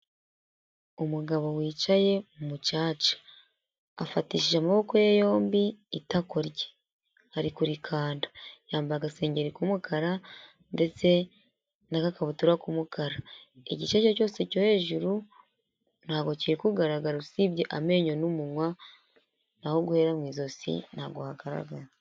Umugabo wicaye mu mucyaca afatishije amaboko ye yombi itako ari kurikanda yambaye agaseri k'umukara ndetse n'agakabutura k'umukara igice aricyo cyose cyo hejuru ntabwogo kiri kugaragara usibye amenyo n'umunwa naho guhera mu ijosi ntabwo hagaragaraye.